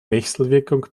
wechselwirkung